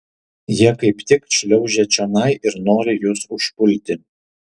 jie kaip tik šliaužia čionai ir nori jus užpulti